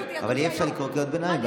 אבל אי-אפשר לקרוא קריאות ביניים,